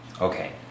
Okay